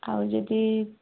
ଆଉ ଯଦି